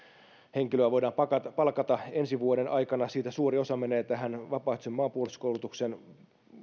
henkilöä voidaan palkata palkata ensi vuoden aikana siitä suuri osa menee vapaaehtoisen maanpuolustuskoulutuksen